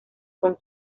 con